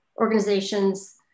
organizations